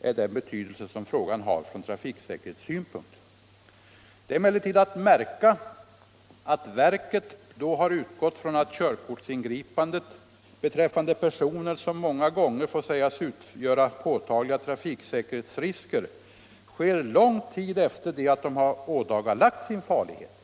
är den betydelse som frågan har från trafiksäkerhetssynpunkt. Det är emellertid att märka att verket då har utgått från att körkortsingripandet beträffande personer som många gånger får sägas utgöra påtagliga trafiksäkerhetsrisker sker lång tid efter det att de har ådagalagt sin farlighet.